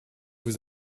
vous